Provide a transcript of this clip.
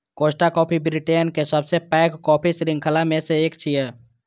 Costa Coffee Britain के सबसं पैघ कॉफी शृंखला मे सं एक छियै